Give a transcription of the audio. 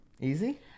Easy